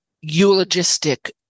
eulogistic